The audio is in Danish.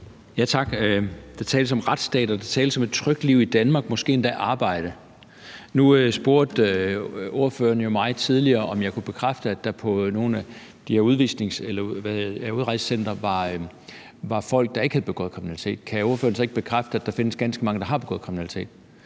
Tak. Der tales om retsstat, og der tales om et trygt liv i Danmark og måske endda et arbejde. Nu spurgte ordføreren mig jo tidligere, om jeg kunne bekræfte, at der på nogle af de her udrejsecentre var folk, der ikke havde begået kriminalitet. Kan ordføreren så ikke bekræfte, at der findes ganske mange, der har begået kriminalitet?